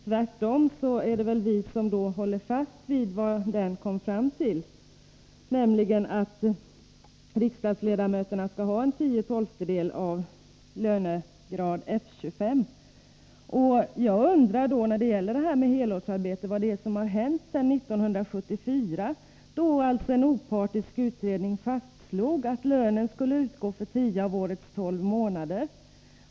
Tvärtom är det vi som håller fast vid vad den kom fram till, nämligen att riksdagsledamöterna skall ha 10/12 av lönegrad F 25. Jag undrar vad det är som har hänt sedan 1974, då en opartisk utredning fastslog att lönen skall utgå för tio av årets tolv månader.